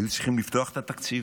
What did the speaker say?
היו צריכים לפתוח את התקציב,